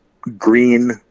green